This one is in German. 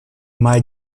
mai